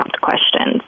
questions